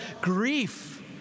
grief